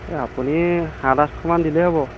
এ আপুনি সাত আঠশ মান দিলে হ'ব